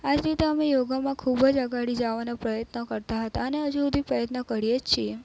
આ જ રીતે અમે યોગામાં ખૂબ જ આગળ જવાના પ્રયત્નો કરતા હતા અને હજુ સુધી પ્રયત્નો કરીએ જ છીએ